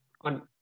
on